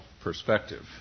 perspective